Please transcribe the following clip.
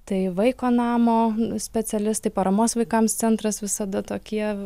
tai vaiko namo specialistai paramos vaikams centras visada tokie